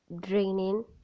draining